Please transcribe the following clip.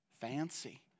Fancy